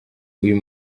uyu